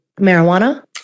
marijuana